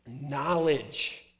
Knowledge